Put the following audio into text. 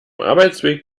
arbeitsweg